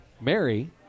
Mary